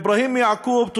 אברהים יעקוב,